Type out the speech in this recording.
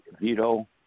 veto